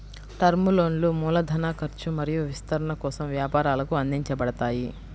term లోన్లు మూలధన ఖర్చు మరియు విస్తరణ కోసం వ్యాపారాలకు అందించబడతాయి